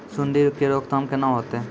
सुंडी के रोकथाम केना होतै?